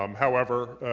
um however,